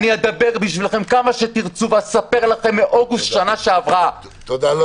אני אדבר בשבילכם כמה שתרצו ואספר לכם מאוגוסט שנה שעברה -- תודה.